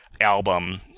album